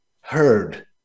heard